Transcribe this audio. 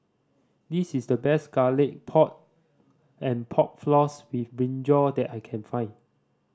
this is the best Garlic Pork and Pork Floss with brinjal that I can find